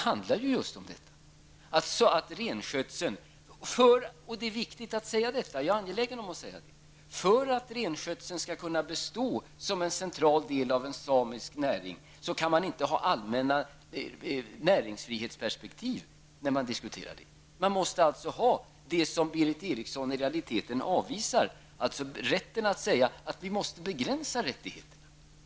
Jag är angelägen att säga, att för att renskötseln skall kunna bestå som en central del av den samiska näringen, kan man inte lägga allmänna näringsfrihetsperspektiv på den frågan. Man måste ha det som Berith Eriksson i realiteten avvisar, nämligen rätten att säga att vi måste begränsa rättigheterna.